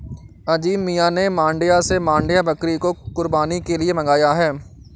अजीम मियां ने मांड्या से मांड्या बकरी को कुर्बानी के लिए मंगाया है